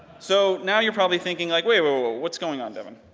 so now you're probably thinking like, wait, whoa, what's going on, devin?